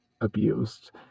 abused